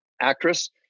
actress